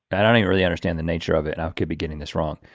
but i don't even really understand the nature of it. i'll be getting this wrong.